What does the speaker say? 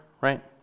right